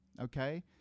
Okay